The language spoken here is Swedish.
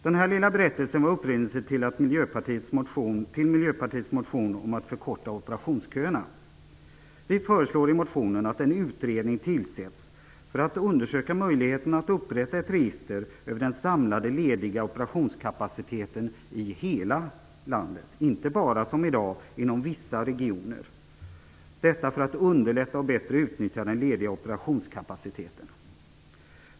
Den här lilla berättelsen var upprinnelsen till Miljöpartiets motion om att förkorta operationsköerna. Vi föreslår i motionen att en utredning tillsätts för att undersöka möjligheterna att upprätta ett register över den samlade lediga operationskapaciteten i hela landet - inte bara, som i dag, inom vissa regioner. Avsikten är att underlätta och bättre utnyttja den lediga operationskapaciteten.